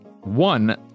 one